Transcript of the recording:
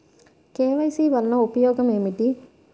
KYC వలన ఉపయోగం ఏమిటీ?